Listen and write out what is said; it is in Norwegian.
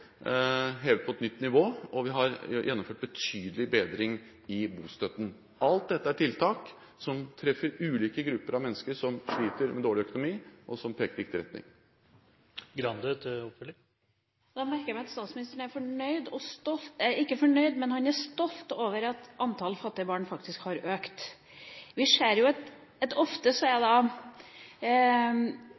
hevet til et nytt nivå, og vi har gjennomført betydelig bedring i bostøtten. Alt dette er tiltak som treffer ulike grupper av mennesker som sliter med dårlig økonomi, og som peker i riktig retning. Da merker jeg meg at statsministeren ikke er fornøyd, men han er stolt over at antallet fattige barn faktisk har økt. Vi ser at venstresida ofte er